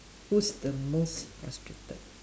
who's the most frustrated